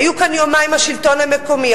היו כאן יומיים השלטון המקומי,